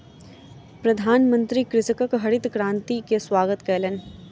प्रधानमंत्री कृषकक हरित क्रांति के स्वागत कयलैन